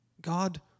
God